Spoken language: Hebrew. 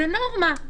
זו נורמה.